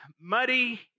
muddy